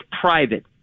private